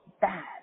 bad